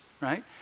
right